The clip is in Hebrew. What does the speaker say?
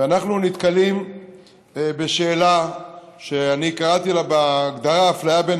ואנחנו נתקלים בשאלה שאני קראתי לה בהגדרה אפליה בין